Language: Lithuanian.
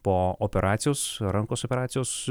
po operacijos rankos operacijos